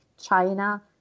China